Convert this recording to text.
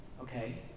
okay